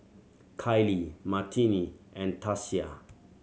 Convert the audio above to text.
Kylie Martine and Tasia